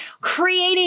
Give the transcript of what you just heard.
creating